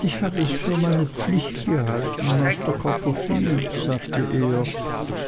ich hab es für meine pflicht gehalten master copperfield sagte er